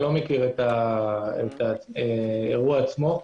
איני מכיר את האירוע עצמו.